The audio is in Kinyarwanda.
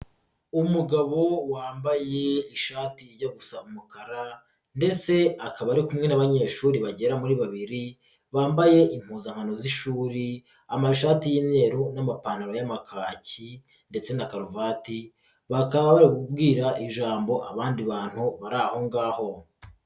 Umugabo wambaye ishati ijya gusa umukara ndetse akaba ari kumwe n'abanyeshuri bagera kuri babiri, bambaye impuzankano z'ishuri amashati y'imweru n'amapantaro y'amakaki ndetse na karuvati bakaba bari kubwira ijambo abandi bantu bari aho ngaho.